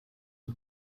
nog